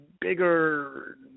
bigger